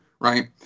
right